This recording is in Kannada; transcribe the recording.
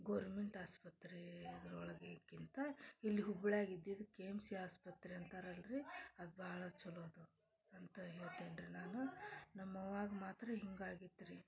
ಗೌರ್ಮೆಂಟ್ ಆಸ್ಪತ್ರೆ ಒಳಗೇಕ್ಕಿಂತ ಲ್ ಹುಬ್ಳ್ಯಾಗ ಇದ್ದಿದ್ದು ಕೆ ಎಮ್ ಸಿ ಆಸ್ಪತ್ರೆ ಅಂತಾರಲ್ರೀ ಅದು ಭಾಳ ಚಲೋ ಅದು ಅಂತ ಹೇಳ್ತೇನ್ರಿ ನಾನು ನಮ್ಮ ಅವ್ವಾಗ ಮಾತ್ರ ಹೀಗಾಗೈತ್ರಿ